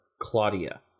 Claudia